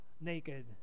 naked